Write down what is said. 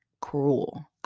cruel